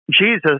Jesus